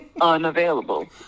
unavailable